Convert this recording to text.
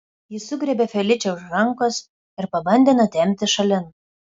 jis sugriebė feličę už rankos ir pabandė nutempti šalin